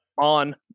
on